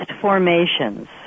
formations